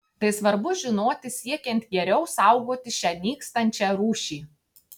tai svarbu žinoti siekiant geriau saugoti šią nykstančią rūšį